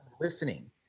listening